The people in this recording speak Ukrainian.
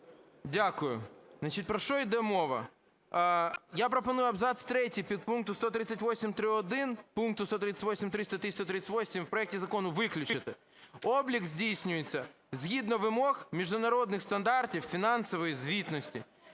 про що йде мова. Я пропоную абзац 3 підпункту 138.1 пункту 138.1 статті 138 в проекті закону виключити. "Облік здійснюється згідно вимог міжнародних стандартів фінансової звітності".